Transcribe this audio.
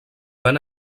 ben